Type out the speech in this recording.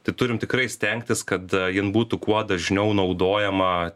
tai turim tikrai stengtis kad jin būtų kuo dažniau naudojama